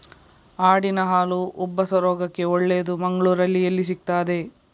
ಆಡಿನ ಹಾಲು ಉಬ್ಬಸ ರೋಗಕ್ಕೆ ಒಳ್ಳೆದು, ಮಂಗಳ್ಳೂರಲ್ಲಿ ಎಲ್ಲಿ ಸಿಕ್ತಾದೆ?